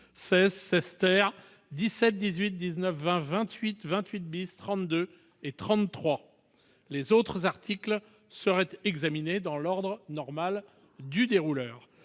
16, 16 , 17, 18, 19, 20, 28, 28 , 32 et 33. Les autres articles seraient examinés dans l'ordre normal du dérouleur.